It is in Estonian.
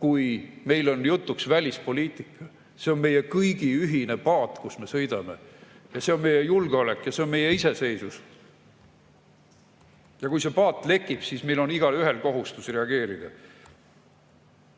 kui meil on jutuks välispoliitika. See on meie kõigi ühine paat, kus me sõidame. Ja see on meie julgeolek ja see on meie iseseisvus. Ja kui see paat lekib, siis meil on igaühel kohustus reageerida. Tegelikult